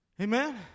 Amen